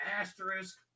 Asterisk